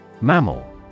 Mammal